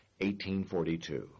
1842